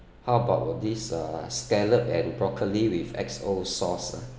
how about this uh scallop and broccoli with X_O sauce ah